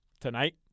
Tonight